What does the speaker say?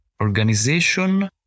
organization